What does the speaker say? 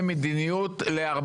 רעיון מעולה.